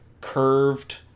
curved